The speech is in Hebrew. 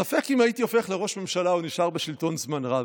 ספק אם הייתי הופך לראש ממשלה או נשאר בשלטון זמן רב.